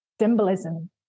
symbolism